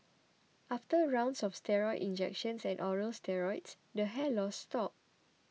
after rounds of steroid injections and oral steroids the hair loss stopped